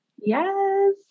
Yes